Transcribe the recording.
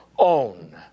own